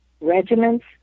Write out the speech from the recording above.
regiments